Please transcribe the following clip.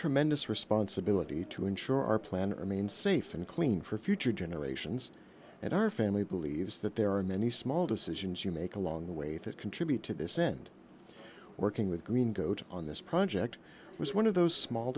tremendous responsibility to ensure our plan remain safe and clean for future generations and our family believes that there are many small decisions you make along the way that contribute to this end working with green coat on this project was one of those small